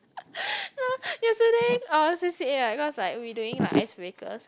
yesterday our c_c_a right because like we doing like icebreakers